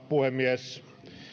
puhemies